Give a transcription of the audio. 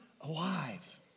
alive